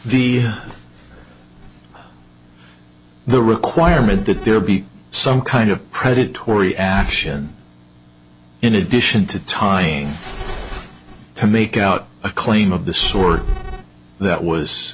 the the requirement that there be some kind of predatory action in addition to tying to make out a claim of the sort that was